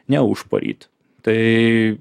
ne užporyt tai